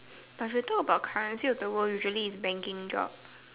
plus they talk about currency of the world usually is banking job